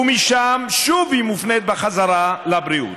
ומשם שוב היא מופנית בחזרה לבריאות.